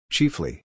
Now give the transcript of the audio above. Chiefly